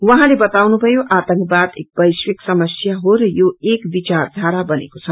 उहाँले बताउनुभयो आतंकवाद एक वैश्चिक समस्या हो र यो एक विचारधारा बनेको छ